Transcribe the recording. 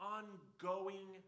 ongoing